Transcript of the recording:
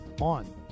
on